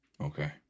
Okay